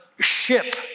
ship